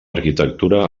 arquitectura